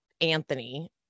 Anthony